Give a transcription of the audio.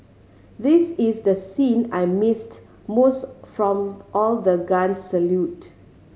this is the scene I missed most from all the guns salute